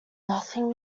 nothing